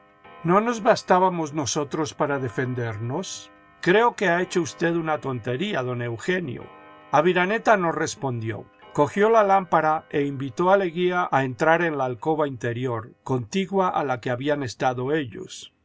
no nos bastábamos nosotros para defendernos creo que ha hecho usted una tontería don eugenio aviraneta no respondió cogió la lámpara e invitó a leguía a entrar en la alcoba interior contigua a la que habían estado ellos